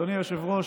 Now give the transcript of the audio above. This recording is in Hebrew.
אדוני היושב-ראש,